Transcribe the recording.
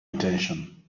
intention